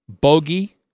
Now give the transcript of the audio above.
Bogey